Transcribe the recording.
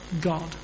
God